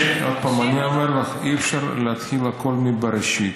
שוב אני אומר לך, אי-אפשר להתחיל הכול מבראשית.